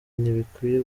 ntibikwiye